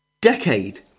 decade